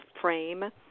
frame